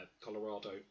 colorado